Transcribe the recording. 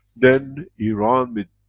then iran with